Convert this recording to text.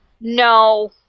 no